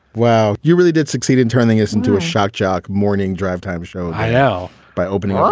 well, you really did succeed in turning this into a shock jock. morning drive time show now, by opening um